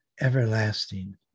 everlasting